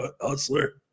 hustler